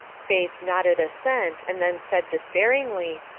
faith nodded assent, and then said despairingly,